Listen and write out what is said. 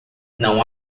não